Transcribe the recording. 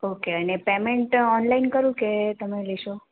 okay અને payment online કરું કે તમે લેશો